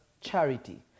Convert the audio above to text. charity